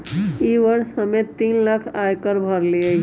ई वर्ष हम्मे तीन लाख आय कर भरली हई